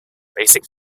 basic